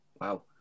wow